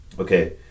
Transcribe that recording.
Okay